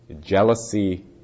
Jealousy